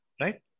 right